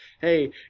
hey